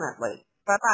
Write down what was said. Bye-bye